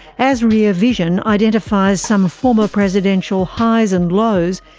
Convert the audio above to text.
as rear vision identifies some former presidential highs and lows,